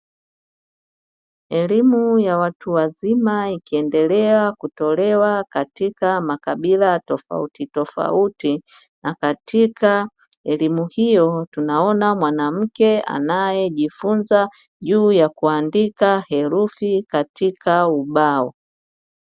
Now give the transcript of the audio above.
Elimu ya watu wazima ikiendelea kutolewa katika makabila tofautitofauti na katika elimu hiyo tunaona mwanamke anayejifunza juu ya kuandika herufi katika ubao.